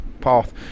path